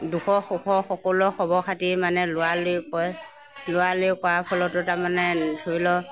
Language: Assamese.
দুখৰ সুখৰ সকলো খবৰ খাতিও মানে লোৱা লুই কৰে লোৱা লুই কৰা ফলতো তাৰমানে ধৰি লওক